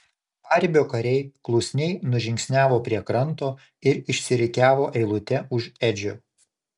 paribio kariai klusniai nužingsniavo prie kranto ir išsirikiavo eilute už edžio